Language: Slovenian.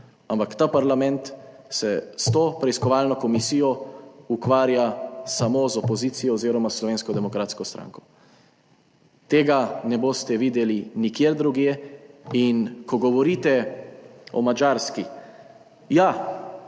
Ampak ta parlament se s to preiskovalno komisijo ukvarja samo z opozicijo oziroma s Slovensko demokratsko stranko. Tega ne boste videli nikjer drugje. In ko govorite o Madžarski – ja,